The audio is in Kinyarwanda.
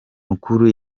mukura